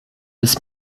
bis